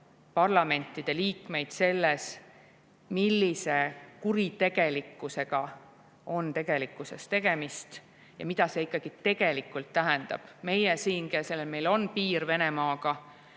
parlamentide liikmeid selles, millise kuritegelikkusega on tegemist ja mida see ikkagi tegelikult tähendab. Meie siin, kuna meil on piir Venemaaga,